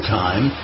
time